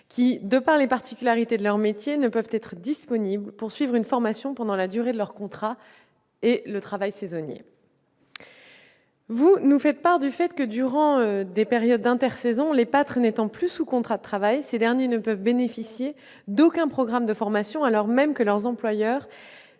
qui, en raison des particularités de leur métier, ne peuvent être disponibles pour suivre une formation pendant la durée de leur contrat de travail saisonnier. Vous nous faites part du fait que, durant les périodes d'intersaison, les pâtres n'étant plus sous contrat de travail, ils ne peuvent bénéficier d'aucun programme de formation, alors même que leurs employeurs